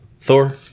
Thor